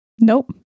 Nope